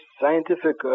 scientific